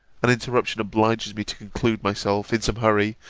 an interruption obliges me to conclude myself, in some hurry,